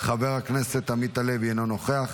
חבר הכנסת ולדימיר בליאק, אינו נוכח.